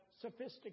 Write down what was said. sophisticated